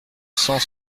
cent